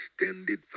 extended